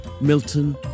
Milton